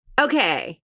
Okay